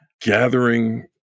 gathering